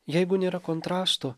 jeigu nėra kontrastų